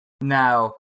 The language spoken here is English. Now